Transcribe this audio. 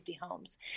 homes